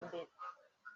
mbere